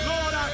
Lord